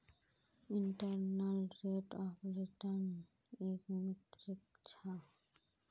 internal rate of return एक metric छ